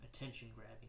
Attention-grabbing